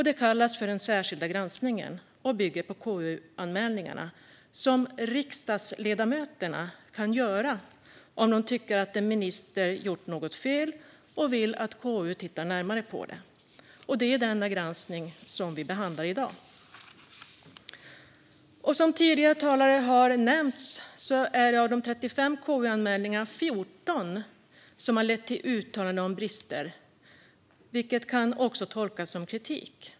Den kallas för den särskilda granskningen, och den bygger på de KU-anmälningar som riksdagsledamöterna kan göra om de tycker att en minister gjort något fel och vill att KU ska titta närmare på det. Det är denna granskning som vi behandlar i dag. Som tidigare talare har nämnt är det 14 av de 35 KU-anmälningarna som har lett till uttalanden om brister, vilket också kan tolkas som kritik.